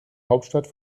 hauptstadt